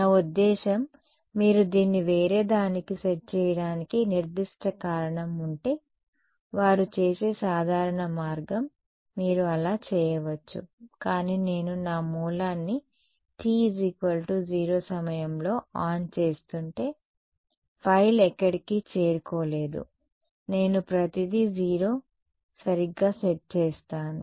నా ఉద్దేశ్యం మీరు దీన్ని వేరే దానికి సెట్ చేయడానికి నిర్దిష్ట కారణం ఉంటే వారు చేసే సాధారణ మార్గం మీరు అలా చేయవచ్చు కానీ నేను నా మూలాన్ని t0 సమయంలో ఆన్ చేస్తుంటే ఫైల్ ఎక్కడికీ చేరుకోలేదు నేను ప్రతిదీ 0 సరిగ్గా సెట్ చేస్తాను